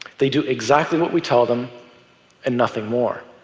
they do exactly what we tell them and nothing more.